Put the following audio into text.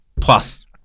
plus